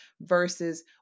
versus